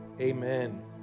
amen